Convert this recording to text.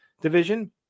division